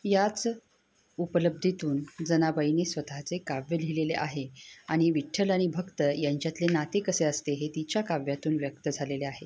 याच उपलब्धितून जनाबाईने स्वतःचे काव्य लिहिलेले आहे आणि विठ्ठल आणि भक्त यांच्यातले नाते कसे असते हे तिच्या काव्यातून व्यक्त झालेले आहे